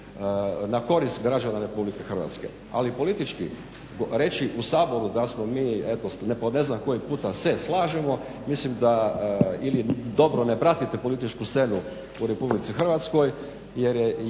na korist građana Republike Hrvatske. Ali politički reći u Saboru da smo mi po ne znam koji puta se slažemo, mislim da ili dobro ne pratite političku scenu u Republici Hrvatskoj jer je